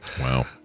Wow